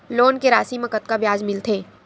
Loan के राशि मा कतका ब्याज मिलथे?